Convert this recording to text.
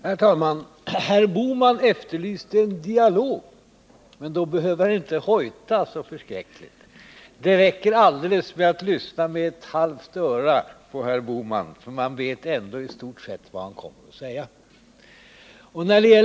Herr talman! Herr Bohman efterlyste en dialog, men för det behöver han inte hojta så förskräckligt. Det räcker helt att lyssna med ett halvt öra på herr Bohman, för man vet ändå i stort sett vad han kommer att säga.